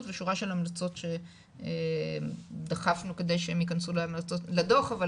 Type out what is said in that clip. ושורה של המלצות שדחפנו כדי שהם יכנסו להמלצות לדוח,